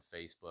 Facebook